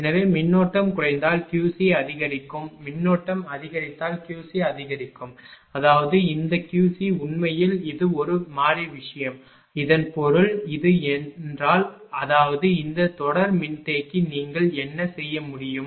எனவே மின்னோட்டம் குறைந்தால் Qc அதிகரிக்கும் மின்னோட்டம் அதிகரித்தால் Qc அதிகரிக்கும் அதாவது இந்த Qc உண்மையில் இது ஒரு மாறி விஷயம் இதன் பொருள் இது என்றால் அதாவது இந்த தொடர் மின்தேக்கி நீங்கள் என்ன செய்ய முடியும்